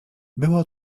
było